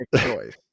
choice